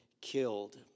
killed